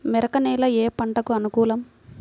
మెరక నేల ఏ పంటకు అనుకూలం?